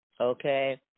Okay